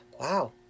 wow